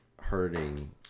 hurting